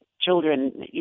children